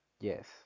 Yes